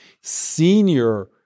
senior